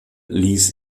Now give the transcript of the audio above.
ließ